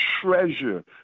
treasure